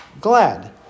glad